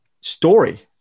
story